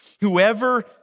Whoever